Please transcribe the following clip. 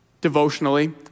devotionally